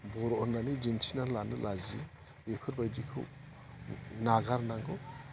बर' होननानै दिन्थिनानै लानो लाजियो बेफोरबायदिखौ नागारनांगौ